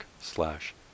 slash